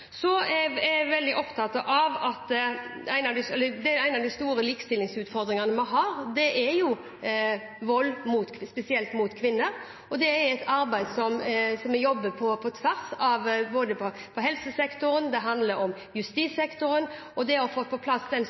Så er jeg veldig opptatt av at en av de store likestillingsutfordringene vi har, er vold spesielt mot kvinner. Det er et arbeid som vi jobber med på tvers – i helsesektoren, det handler om justissektoren og det å få på plass en styrking av det arbeidet i politiet, det å få på plass offeromsorgskontorer, som